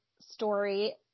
story